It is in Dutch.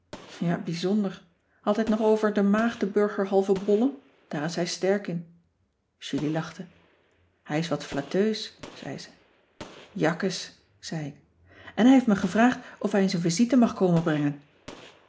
bijzonder had hij t nog over de maagdeburger halve bollen daar is hij sterk in julie lachte hij is wat flatteus zei ze jakkes zei ik en hij heeft me gevraagd of hij eens een visite mag komen brengen